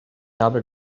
habe